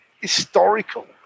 historical